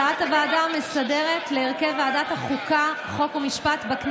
הקו המשותף לשתי